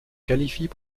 qualifient